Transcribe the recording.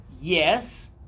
Yes